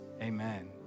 amen